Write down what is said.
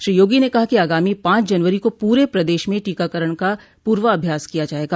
श्री योगी ने कहा कि आगामी पांच जनवरी को पूरे प्रदेश में टीकाकरण का पूर्वाभ्यास किया जायेगा